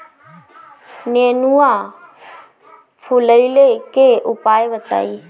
नेनुआ फुलईले के उपाय बताईं?